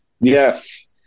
Yes